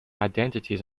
identities